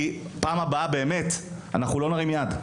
כי בפעם הבאה אנחנו לא נרים יד.